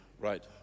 right